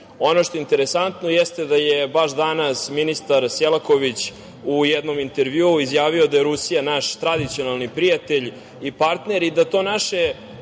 što je interesantno, jeste da je baš danas ministar Selaković u jednom intervjuu izjavio da je Rusija naš tradicionalni prijatelj i partner i da to naše